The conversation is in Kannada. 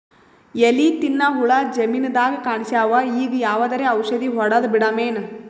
ಎಲಿ ತಿನ್ನ ಹುಳ ಜಮೀನದಾಗ ಕಾಣಸ್ಯಾವ, ಈಗ ಯಾವದರೆ ಔಷಧಿ ಹೋಡದಬಿಡಮೇನ?